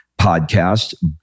podcast